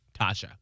Tasha